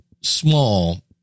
small